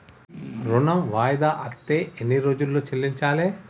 ఋణం వాయిదా అత్తే ఎన్ని రోజుల్లో చెల్లించాలి?